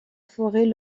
forêt